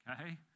okay